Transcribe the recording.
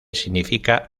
significa